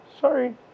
sorry